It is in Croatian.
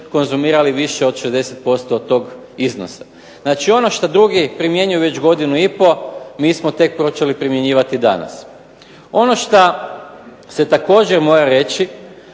konzumirali više od 60% tog iznosa. Znači, ono što drugi primjenjuju već godinu i pol mi smo tek počeli primjenjivati danas. Ono što se također mora reći